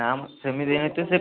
ନା ମ ସେମିତି ନୁହଁ ତ ସେ